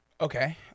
Okay